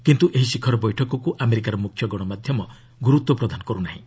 କିନ୍ତୁ ଏହି ଶିଖର ବୈଠକକୁ ଆମେରିକାର ମୁଖ୍ୟ ଗଣମାଧ୍ୟମ ଗୁରୁତ୍ୱ ପ୍ରଦାନ କରୁ ନାହିଁ